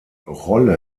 rolle